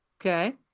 Okay